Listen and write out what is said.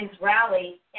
rally